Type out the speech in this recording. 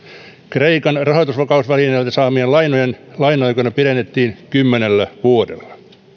kreikan rahoitusvakausvälineeltä saamien lainojen laina aikoja pidennettiin kymmenellä vuodella